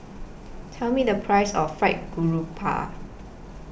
Tell Me The Price of Fried Garoupa